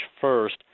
first